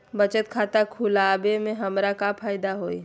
बचत खाता खुला वे में हमरा का फायदा हुई?